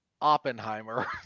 Oppenheimer